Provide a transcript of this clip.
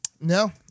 No